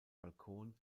balkon